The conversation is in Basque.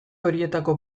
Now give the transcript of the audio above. horietako